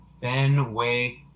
Fenway